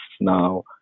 now